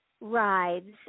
rides